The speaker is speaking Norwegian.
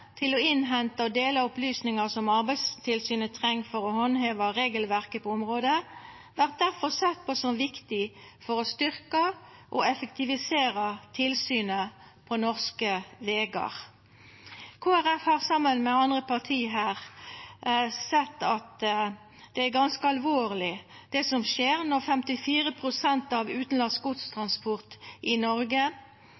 til å innhenta og dela opplysningar som Arbeidstilsynet treng for å handheva regelverket på området, vert difor sett på som viktig for å styrkja og effektivisera tilsynet på norske vegar. Kristeleg Folkeparti har saman med andre parti sett at det er ganske alvorleg, det som skjer når 54 pst. av